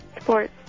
Sports